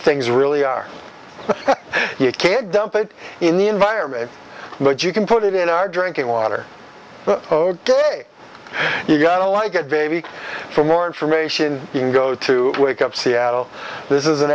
things really are you can't dump it in the environment but you can put it in our drinking water ok you got to like it baby for more information you can go to wake up seattle this is an